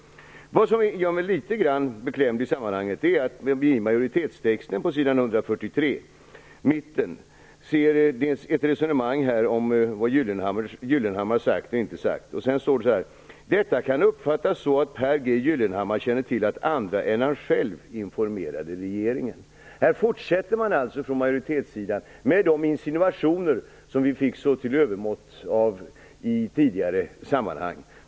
Det som gör mig litet beklämd i sammanhanget är att vi i majoritetstexten mitt på s. 143 ser ett resonemang om vad Gyllenhammar sagt och inte sagt. Sedan står det så här: Detta kan uppfattas så att Per G. Gyllenhammar känner till att andra än han själv informerade regeringen. Majoritetssidan fortsätter alltså med de insinuationer som vi fick i sådant övermått i tidigare sammanhang.